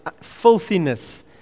filthiness